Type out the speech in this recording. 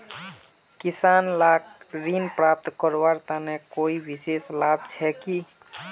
किसान लाक ऋण प्राप्त करवार तने कोई विशेष लाभ छे कि?